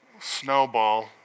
Snowball